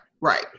right